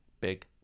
big